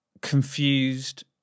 confused